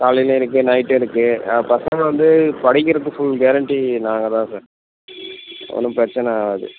காலைலையும் இருக்கு நைட்டும் இருக்கு ஆ பசங்க வந்து படிக்கிறதுக்கு ஃபுல் கேரண்ட்டி நாங்கள் தான் சார் ஒன்றும் பிரச்சனை வராது